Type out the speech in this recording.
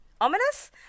Ominous